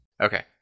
Okay